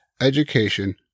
education